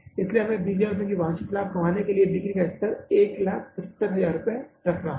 इसलिए हमें 20000 रुपये की वांछित राशि का लाभ कमाने के लिए बिक्री का स्तर 175000 रुपये लेना होगा